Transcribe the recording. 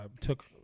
took